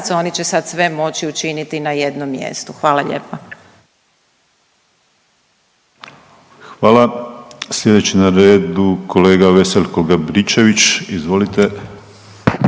oni će sad sve moći učiniti na jednom mjestu. Hvala lijepa. **Penava, Ivan (DP)** Hvala. Sljedeći na redu kolega Veselko Gabričević. Izvolite.